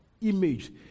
image